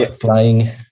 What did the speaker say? flying